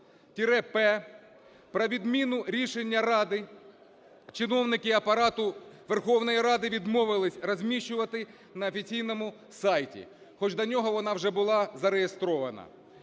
9208-П про відміну рішення Ради чиновники Апарату Верховної Ради відмовились розміщувати на офіційному сайті, хоч до нього вона вже була зареєстрована.